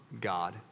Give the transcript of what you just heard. God